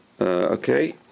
okay